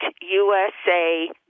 USA